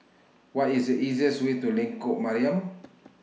What IS The easiest Way to Lengkok Mariam